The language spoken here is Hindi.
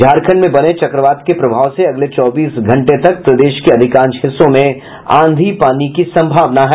झारखण्ड में बने चक्रबात के प्रभाव से अगले चौबीस घंटे तक प्रदेश के अधिकांश हिस्सों में आंधी पानी की संभावना है